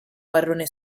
marrone